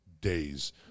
days